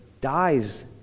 dies